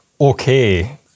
okay